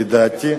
לדעתי,